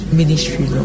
ministry